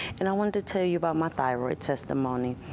and i wanted to tell you about my thyroid testimony.